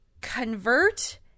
convert